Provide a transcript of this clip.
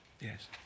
Yes